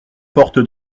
porte